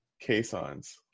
caissons